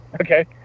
okay